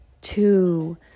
two